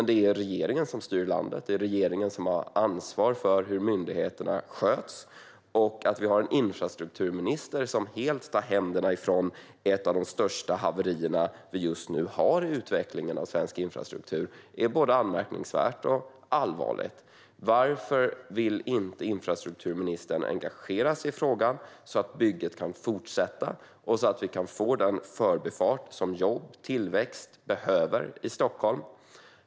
Det är dock regeringen som styr landet, och det är regeringen som har ansvar för hur myndigheterna sköts. Att vi har en infrastrukturminister som helt tar sin hand ifrån ett av de största haverier vi just nu har i utvecklingen av svensk infrastruktur är både anmärkningsvärt och allvarligt. Varför vill infrastrukturministern inte engagera sig i frågan så att bygget kan fortsätta och vi kan få den förbifart som jobb och tillväxt i Stockholm behöver?